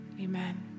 Amen